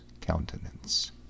countenance